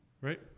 Right